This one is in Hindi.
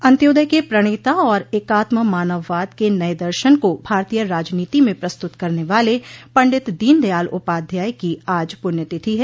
अन्त्योदय के प्रणेता और एकात्म मानववाद के नये दर्शन को भारतीय राजनीति में प्रस्तुत करने वाले पंडित दीन दयाल उपाध्याय की आज पुण्यतिथि है